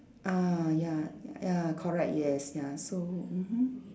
ah ya y~ ya correct yes ya so mmhmm